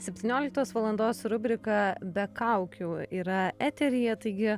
septynioliktos valandos rubrika be kaukių yra eteryje taigi